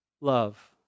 love